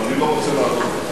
אבל אני לא רוצה להטעות אותך.